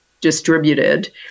distributed